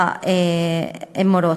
המורות.